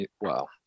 wow